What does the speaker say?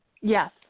Yes